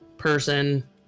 person